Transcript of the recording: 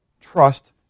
trust